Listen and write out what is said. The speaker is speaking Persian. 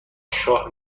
شاه